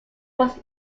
was